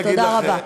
תודה רבה.